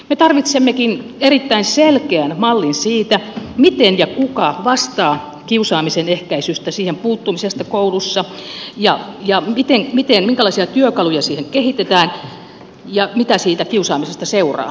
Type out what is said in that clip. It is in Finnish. me tarvitsemmekin erittäin selkeän mallin siitä miten ja kuka vastaa kiusaamisen ehkäisystä siihen puuttumisesta koulussa ja minkälaisia työkaluja siihen kehitetään ja mitä siitä kiusaamisesta seuraa